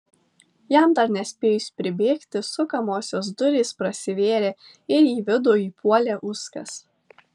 jam dar nespėjus pribėgti sukamosios durys prasivėrė ir į vidų įpuolė uskas